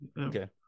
Okay